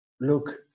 look